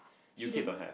she doesn't